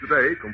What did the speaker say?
today